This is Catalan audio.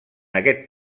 aquest